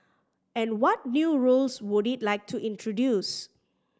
and what new rules would it like to introduce